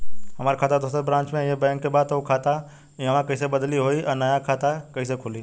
हमार खाता दोसर ब्रांच में इहे बैंक के बा त उ खाता इहवा कइसे बदली होई आ नया खाता कइसे खुली?